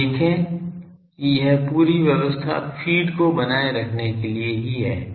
आप देखें कि यह पूरी व्यवस्था फीड को बनाए रखने के लिए है